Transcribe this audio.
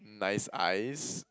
nice eyes